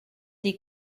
die